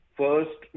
first